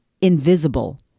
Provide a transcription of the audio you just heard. invisible